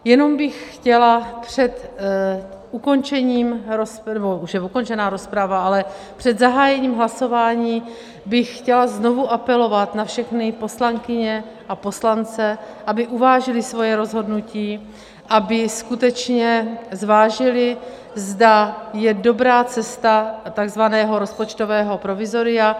Jen bych chtěla před ukončením, nebo již je ukončená rozprava, ale před zahájením hlasování bych chtěla znovu apelovat na všechny poslankyně a poslance, aby uvážili svá rozhodnutí, aby skutečně zvážili, zda je dobrá cesta takzvaného rozpočtového provizoria.